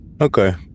Okay